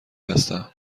هستم